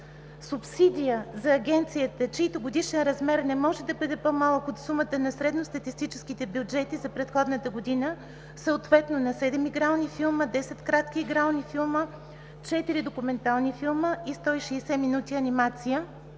субсидия за агенцията, чийто годишен размер не може да бъде по-малък от сумата на средностатистическите бюджети за предходната година, съответно на 7 игрални филми, 10 кратки игрални филми, 4 документални филми и 160 минути анимация.”